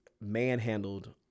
manhandled